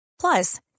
Plus